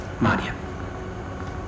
maria